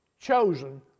chosen